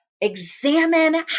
Examine